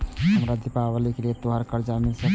हमरा दिवाली के लिये त्योहार कर्जा मिल सकय?